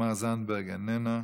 תמר זנדברג, איננה,